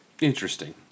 Interesting